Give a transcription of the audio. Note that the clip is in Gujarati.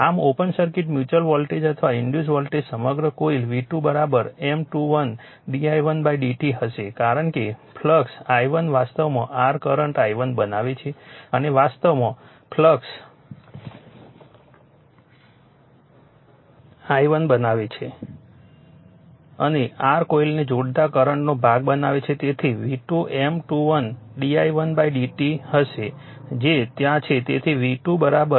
આમ ઓપન સર્કિટ મ્યુચ્યુઅલ વોલ્ટેજ અથવા ઇન્ડ્યુસ વોલ્ટેજ સમગ્ર coil V2 M21 d i1 dt હશે કારણ કે ફ્લક્સ i1 વાસ્તવમાં r કરંટ i1 બનાવે છે અને વાસ્તવમાં ફ્લક્સ i1 બનાવે છે અને r કોઇલને જોડતા કરંટનો ભાગ બનાવે છે તેથી V2 M21 d i1 dt હશે જે ત્યાં છે